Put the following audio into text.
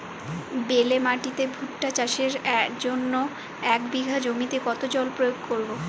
বেলে মাটিতে ভুট্টা চাষের জন্য এক বিঘা জমিতে কতো জল প্রয়োগ করব?